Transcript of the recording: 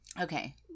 Okay